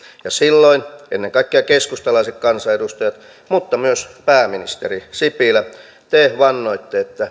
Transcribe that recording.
ja silloin ennen kaikkea keskustalaiset kansanedustajat mutta myös pääministeri sipilä te vannoitte että